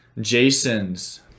Jason's